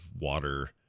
water